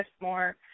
more